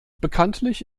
bekanntlich